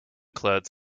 clothes